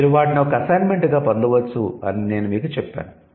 మీరు వాటిని ఒక అసైన్మెంట్ గా పొందవచ్చు అని నేను మీకు చెప్పాను